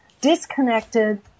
disconnected